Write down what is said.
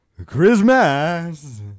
Christmas